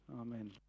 Amen